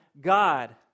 God